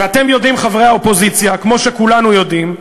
ואתם יודעים, חברי האופוזיציה, כמו שכולנו יודעים,